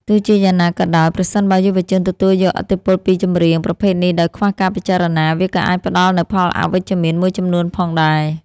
ទោះជាយ៉ាងណាក៏ដោយ ប្រសិនបើយុវជនទទួលយកឥទ្ធិពលពីចម្រៀងប្រភេទនេះដោយខ្វះការពិចារណា វាក៏អាចផ្ដល់នូវផលអវិជ្ជមានមួយចំនួនផងដែរ។